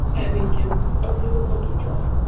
and it can open the cookie jar,